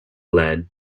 led